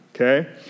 okay